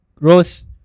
rose